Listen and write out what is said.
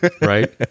Right